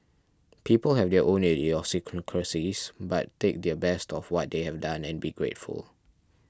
people have their own idiosyncrasies but take their best of what they have done and be grateful